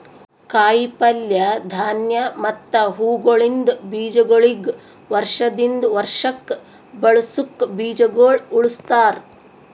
ಕಾಯಿ ಪಲ್ಯ, ಧಾನ್ಯ ಮತ್ತ ಹೂವುಗೊಳಿಂದ್ ಬೀಜಗೊಳಿಗ್ ವರ್ಷ ದಿಂದ್ ವರ್ಷಕ್ ಬಳಸುಕ್ ಬೀಜಗೊಳ್ ಉಳುಸ್ತಾರ್